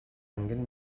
angen